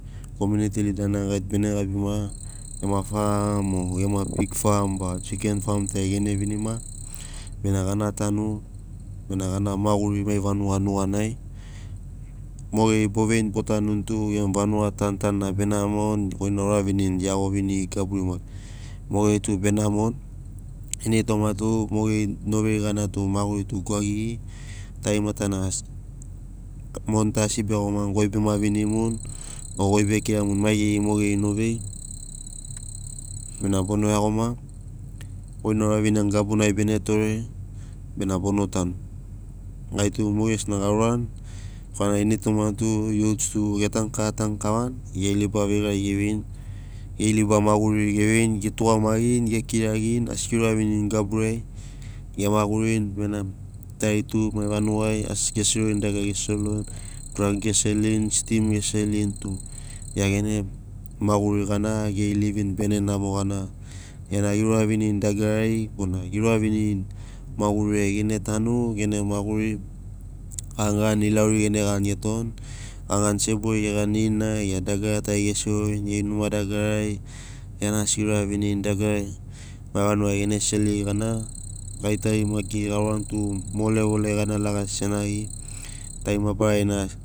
Komiuniti lidana tu gai bene gabima gema fam o gema pig fam ba chiken fam tari gene vinima bena gana tanu bena gana maguri mai vanuga nuganai mogeri bo veini botanuni tu gemu vanuga tanutanuna tu be namoni goi na o uravinirini iago viniri gaburi maki mogeri tu bege namoni goi na o uravinirini iago viniri gaburi maki mogeri tu bege namoni ini toma tu mogeri no veiri gana tu maguri tu gwagigi tarimatana asi monita asi beiagomani goi bema vinimuni o goi be kiramuni maigeri mogeri no veiri bena bona iagoma goina ouraviniani gabunai bene tore bena bono tanu. Gaitu mogesina gaurani korana initoma tu youths tug e tanu kava tanu kavani geri liba veigari geveini, geri liba maguriri geveini, getugamagirini, ge kiragirini asi ge uravinirini gaburiai gemagurini benamo tari tu mai vanugai asi ge serorini dagarari ge serorini drug ge seroni stim ge seroni tu gia gene maguri gana geri livin bene namo gana giana ge uravinirini dagarari bona ge uravinirini mauriri ai gene tanu gene maguri ganigani ilauri gene gani getoni ganigani sebori ge ganirini nai gia dagara tari ge serorini geri numa dagarari gia na asi ge uravinirini dagarari mai vanugai gene serori gana gai tari maki ga urani tu mo levol ai gana lagasi senagi tarima bararina.